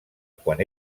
quan